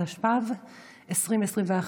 התשפ"ב 2021,